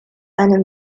eine